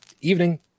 evening